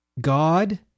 God